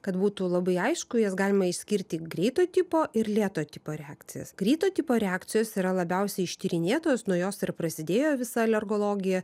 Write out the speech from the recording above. kad būtų labai aišku jas galima išskirti greito tipo ir lėto tipo reakcijas greito tipo reakcijos yra labiausiai ištyrinėtos nuo jos ir prasidėjo visa alergologija